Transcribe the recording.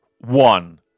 one